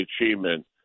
achievement